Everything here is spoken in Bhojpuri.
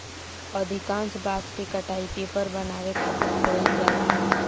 अधिकांश बांस के कटाई पेपर बनावे खातिर कईल जाला